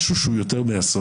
יש משהו שהוא יותר מאסון: